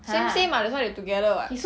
same same mah that's why they together [what]